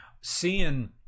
seeing